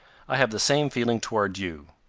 i have the same feeling toward you.